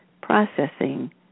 processing